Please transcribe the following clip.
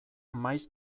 maiz